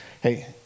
hey